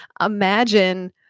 Imagine